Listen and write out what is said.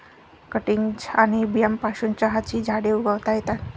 cuttings आणि बियांपासून चहाची झाडे उगवता येतात